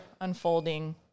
unfolding